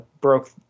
broke